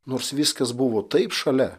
nors viskas buvo taip šalia